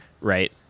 right